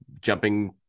jumping